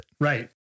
Right